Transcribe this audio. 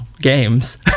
games